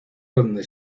donde